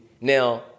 Now